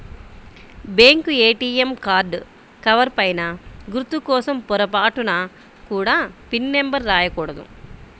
bank ATM card cover పైన గుర్తు కోసం పొరపాటున కూడా పిన్ నెంబర్ రాయకూడదు